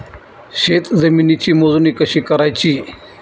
शेत जमिनीची मोजणी कशी करायची?